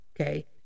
okay